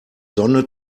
sonne